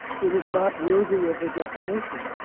it is not worthy of a definition.